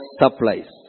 supplies